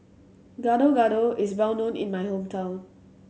Gado Gado is well known in my hometown